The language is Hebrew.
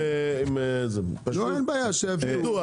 שיידעו.